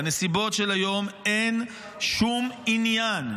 בנסיבות של היום אין שום עניין,